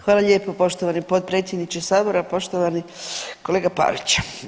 Hvala lijepo poštovani potpredsjedniče Sabora, poštovani kolega Pavić.